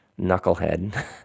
knucklehead